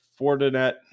Fortinet